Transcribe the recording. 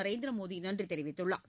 நரேந்திர மோடி நன்றி தெரிவித்துள்ளார்